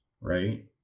right